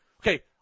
okay